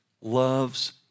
loves